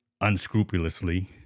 unscrupulously